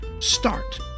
start